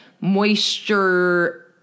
moisture